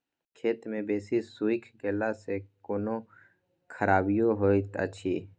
खेत मे बेसी सुइख गेला सॅ कोनो खराबीयो होयत अछि?